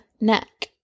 neck